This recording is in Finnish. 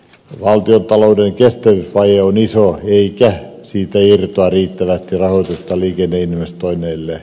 valtiontalouden kestävyysvaje on iso eikä siitä irtoa riittävästi rahoitusta liikenneinvestoinneille